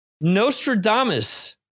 Nostradamus